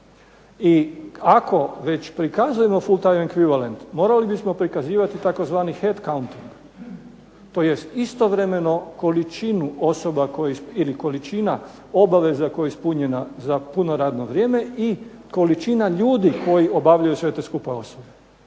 i ako već prikazujemo full time equivalent morali bismo prikazivati tzv. head count tj. istovremeno količina obaveza koja je ispunjena za puno radno vrijeme i količina ljudi koji obavljaju sve te skupa poslove.